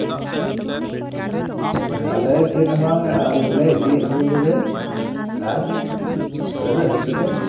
ᱦᱮᱸ ᱟᱞᱮ ᱪᱮᱫ ᱦᱚᱸ ᱵᱟᱝ ᱟᱞᱮ ᱤᱫᱤ ᱟᱹᱜᱩ ᱞᱮᱵᱮᱱ ᱟᱨ ᱟᱞᱮ ᱫᱚ ᱦᱮᱡ ᱠᱟᱛᱮ